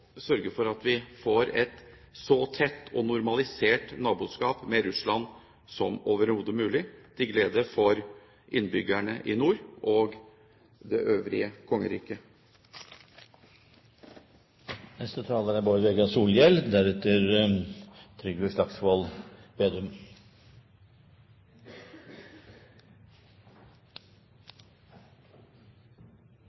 sørge for at vi får et så tett og normalisert naboskap med Russland som overhodet mulig, til glede for innbyggerne i nord og det øvrige